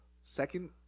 Second